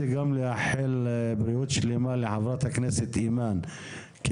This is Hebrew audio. לאחל בריאות שלמה לחברת הכנסת אימאן,